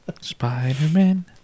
Spider-Man